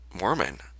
Mormon